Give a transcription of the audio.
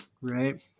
Right